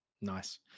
Nice